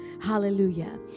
hallelujah